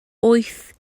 wyth